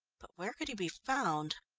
but where could he be found?